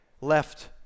left